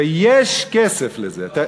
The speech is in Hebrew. אז לא